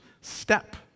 step